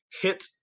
hit